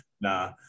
Nah